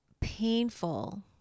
painful